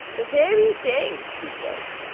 the very thing she says.